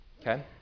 okay